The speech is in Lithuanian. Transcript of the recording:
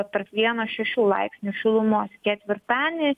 tarp vieno šešių laipsnių šilumos ketvirtadienį